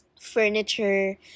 furniture